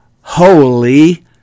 holy